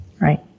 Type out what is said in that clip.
Right